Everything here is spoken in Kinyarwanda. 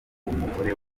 umugore